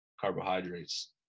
carbohydrates